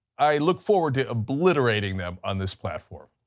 i look forward to obliterating them on this platform.